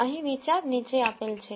અહીં વિચાર નીચે આપેલ છે